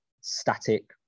static